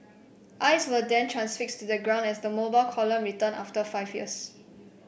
eyes were then transfixed to the ground as the Mobile Column returned after five years